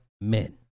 men